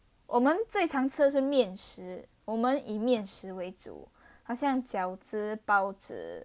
我们最常吃的是面食我们以面食为主好像饺子包子